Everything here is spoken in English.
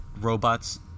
robots